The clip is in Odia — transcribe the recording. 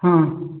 ହଁ